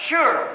Sure